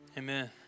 Amen